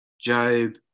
Job